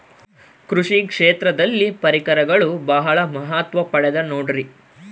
ಕೃಷಿ ಕ್ಷೇತ್ರದಲ್ಲಿ ಪರಿಕರಗಳು ಬಹಳ ಮಹತ್ವ ಪಡೆದ ನೋಡ್ರಿ?